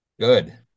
Good